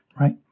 right